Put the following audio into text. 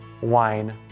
wine